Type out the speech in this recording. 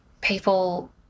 people